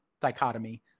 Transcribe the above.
dichotomy